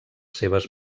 seves